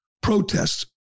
protests